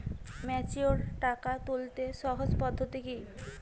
Mature টাকা তুলতে সহজ পদ্ধতি কি?